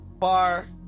far